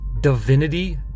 divinity